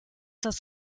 das